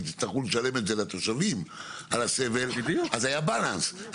תצטרכו לשלם על הסבל לתושבים אז היה איזון.